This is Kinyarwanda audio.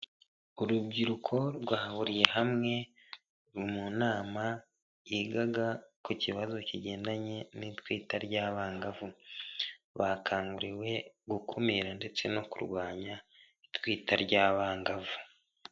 Urubyiruko rwahuriye hamwe mu nama yigaga ku kibazo kigendanye n'itwita ry'abangavu, bakanguriwe gukumira ndetse no kurwanya itwita ry'abangavu.